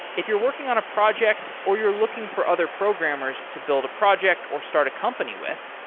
if you're working on a project or you're looking for other programmers to build a project or start a company with,